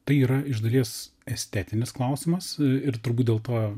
tai yra iš dalies estetinis klausimas ir turbūt dėl to